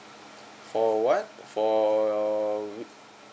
for what for uh